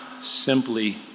simply